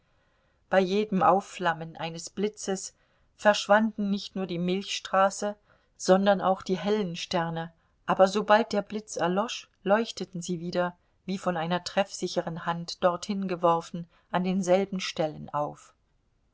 bei jedem aufflammen eines blitzes verschwanden nicht nur die milchstraße sondern auch die hellen sterne aber sobald der blitz erlosch leuchteten sie wieder wie von einer treffsicheren hand dorthin geworfen an denselben stellen auf